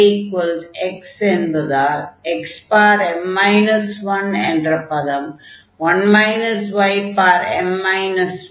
1 yx என்பதால் xm 1 என்ற பதம் m 1 என்று ஆகும்